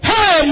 Hey